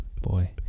Boy